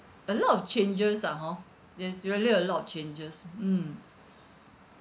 a lot of changes ah hor there's really a lot changes mmhmm